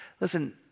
listen